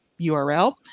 URL